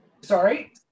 Sorry